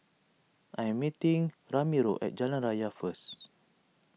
I am meeting Ramiro at Jalan Raya first